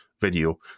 video